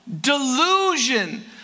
delusion